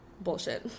bullshit